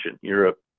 Europe